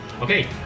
Okay